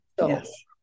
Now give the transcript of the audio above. Yes